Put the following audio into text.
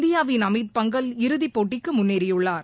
இந்தியாவின் அமித் பங்கல் இறுதிப் போட்டிக்கு முன்னேறியுள்ளார்